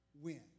win